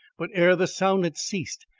but ere the sound had ceased,